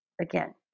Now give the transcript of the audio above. again